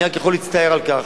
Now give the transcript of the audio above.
אני רק יכול להצטער על כך.